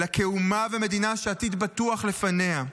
אלא כאומה ומדינה שעתיד בטוח לפניה.